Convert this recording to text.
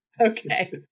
Okay